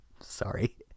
sorry